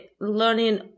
learning